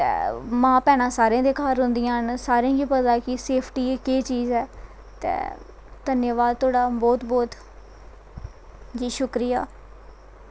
मां भैंना सारें दे घर होंदियां न ते सारें गी पता ऐ सेफ्टी केह् चीज़ ऐ ते धन्यावाद बौह्त बौह्त जी शुक्रिया